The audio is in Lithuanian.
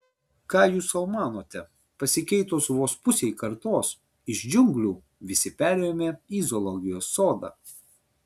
ką jūs sau manote pasikeitus vos pusei kartos iš džiunglių visi perėjome į zoologijos sodą